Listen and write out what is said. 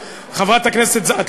חברת הכנסת יחימוביץ נכחה בו,